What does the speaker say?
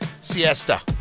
siesta